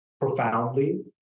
profoundly